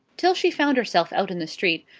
till she found herself out in the street,